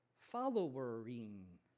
following